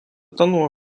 nuo